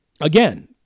Again